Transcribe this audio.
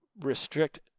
restrict